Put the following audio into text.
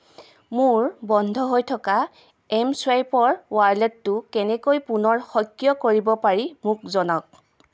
মোৰ বন্ধ হৈ থকা এম চুৱাইপৰ ৱালেটটো কেনেকৈ পুনৰ সক্ৰিয় কৰিব পাৰি মোক জনাওক